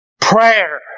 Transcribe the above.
prayer